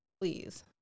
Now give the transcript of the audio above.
please